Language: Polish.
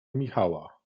michała